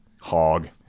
Hog